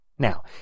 Now